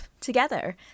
together